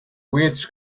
weights